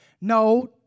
No